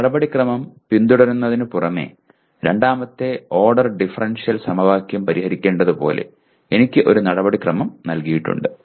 ഒരു നടപടിക്രമം പിന്തുടരുന്നതിനുപുറമെ രണ്ടാമത്തെ ഓർഡർ ഡിഫറൻഷ്യൽ സമവാക്യം പരിഹരിക്കേണ്ടതുപോലെ എനിക്ക് ഒരു നടപടിക്രമം നൽകിയിട്ടുണ്ട്